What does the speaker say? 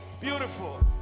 beautiful